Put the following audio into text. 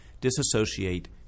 disassociate